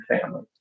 family